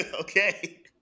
Okay